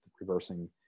reversing